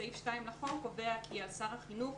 סעיף 2 לחוק קובע כי על שר החינוך,